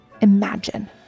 imagine